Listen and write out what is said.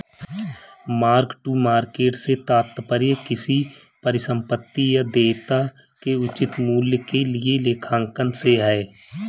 mark to market से तात्पर्य किसी परिसंपत्ति या देयता के उचित मूल्य के लिए लेखांकन से है